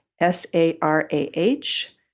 S-A-R-A-H